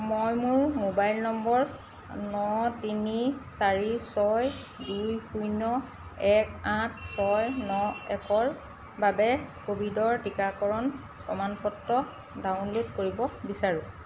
মই মোৰ mobile number ন তিনি চাৰি ছয় দুই শূন্য এক আঠ ছয় ন একৰ বাবে ক'ভিডৰ টিকাকৰণৰ প্ৰমাণ পত্ৰ ডাউনল'ড কৰিব বিচাৰোঁ